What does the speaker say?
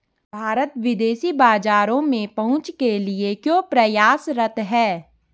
भारत विदेशी बाजारों में पहुंच के लिए क्यों प्रयासरत है?